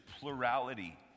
plurality